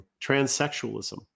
transsexualism